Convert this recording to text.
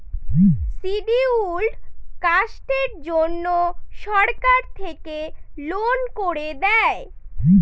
scheduled কাস্টের জন্য সরকার থেকে লোন করে দেয়